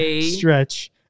stretch